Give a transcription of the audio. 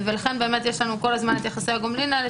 לכן יש לנו כל הזמן את יחסי הגומלין האלה